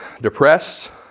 depressed